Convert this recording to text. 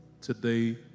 today